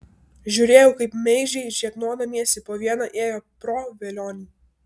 žiūrėjau kaip meižiai žegnodamiesi po vieną ėjo pro velionį